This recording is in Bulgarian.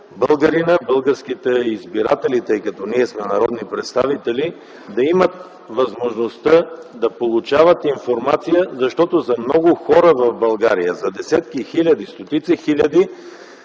така, че българските избиратели, тъй като ние сме народни представители, да имат възможност да получават информация, защото за много хора в България - за десетки хиляди, за стотици хиляди,